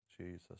Jesus